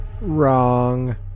Wrong